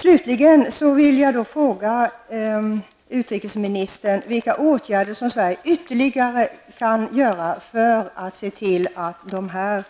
Slutligen vill jag fråga utrikesministern vilka ytterligare åtgärder Sverige kan vidta för att se till att dessa